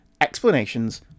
explanations